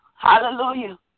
Hallelujah